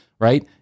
Right